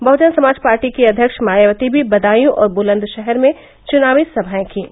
बहुजनसमाज पार्टी की अध्यक्ष मायावती भी बदायूं और बुलंदशहर में चुनावी सभाएं कीं